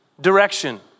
direction